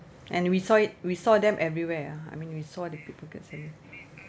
and we saw it we saw them everywhere ah I mean we saw the pickpocket